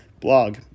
blog